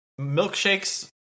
Milkshakes